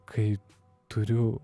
kaip turiu